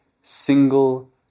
single